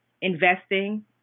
investing